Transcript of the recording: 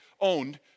owned